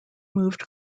moved